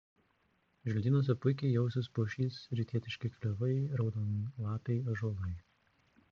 želdynuose puikiai jausis pušys rytietiški klevai raudonlapiai ąžuolai